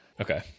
Okay